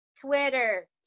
Twitter